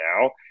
now